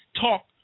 talk